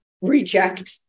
reject